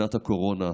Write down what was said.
שנת הקורונה.